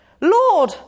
Lord